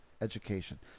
education